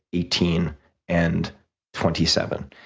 eighteen and twenty seven.